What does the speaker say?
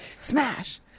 Smash